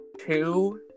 two